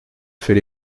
fait